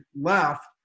left